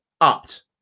upped